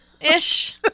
ish